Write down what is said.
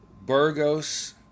Burgos